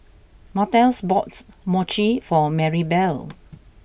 Martez bought Mochi for Marybelle